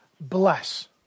bless